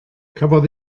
cafodd